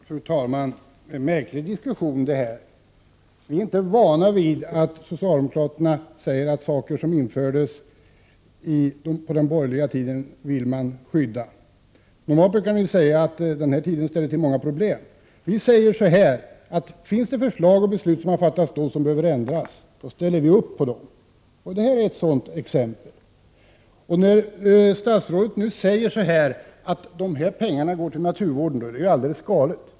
Fru talman! Det är en märklig diskussion detta. Vi är inte vana vid att socialdemokraterna säger sig vilja skydda saker som gjordes på den borgerliga tiden. Normalt brukar de säga att vi ställde till många problem. Vi säger: Finns det beslut som fattades då och som behöver ändras, så ställer vi upp på det. Det här är ett sådant exempel. Statsrådet säger att dessa pengar går till naturvården. Det är alldeles galet.